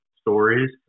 stories